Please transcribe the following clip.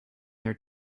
their